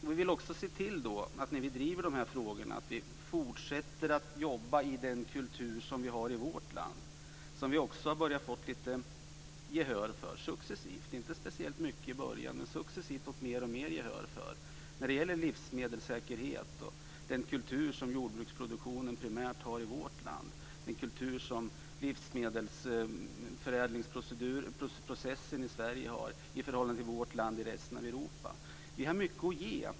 Vi vill också se till, när vi driver de här frågorna, att vi fortsätter att jobba i den kultur vi har i vårt land som vi också har börjat få lite gehör för. Det har skett successivt. Det var inte speciellt mycket i början men successivt har vi fått alltmer gehör för det. Det gäller livsmedelssäkerhet, den kultur som jordbruksproduktionen primärt har i vårt land, den kultur som livsmedelsförädlingsprocessen i Sverige har i förhållande till resten av Europa. Vi har mycket att ge.